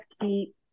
keep